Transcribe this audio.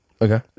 Okay